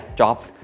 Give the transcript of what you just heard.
jobs